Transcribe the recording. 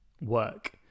work